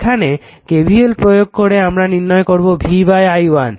এখানে KVL প্রয়োগ করে আমরা নির্ণয় করবো v i1